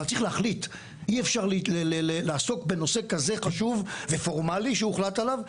אבל צריך להחליט אי אפשר לעסוק בנושא כזה חשוב ופורמלי שהוחלט עליו,